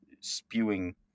spewing